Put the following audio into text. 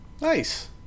Nice